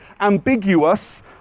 ambiguous